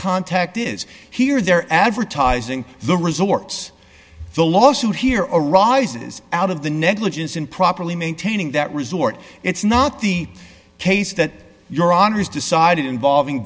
contact is here they're advertising the resorts the lawsuit here or arises out of the negligence in properly maintaining that resort it's not the case that your honor is decided involving